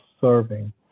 serving